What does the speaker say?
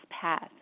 path